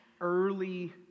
early